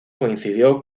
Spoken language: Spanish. coincidió